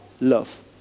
love